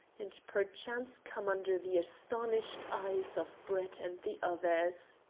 and perchance come under the astonished eyes of brett and the others.